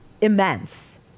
immense